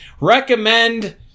recommend